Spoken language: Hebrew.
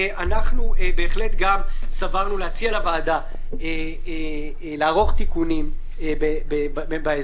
גם אנחנו בהחלט סברנו להציע לוועדה לערוך תיקונים בהסדר,